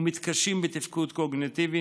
מתקשים בתפקוד קוגניטיבי,